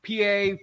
PA